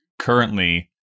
currently